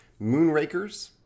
Moonrakers